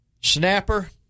Snapper